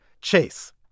Chase